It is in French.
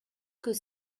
que